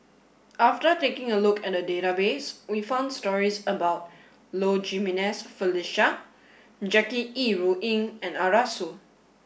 after taking a look at the database we found stories about Low Jimenez Felicia Jackie Yi Ru Ying and Arasu